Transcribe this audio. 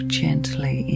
gently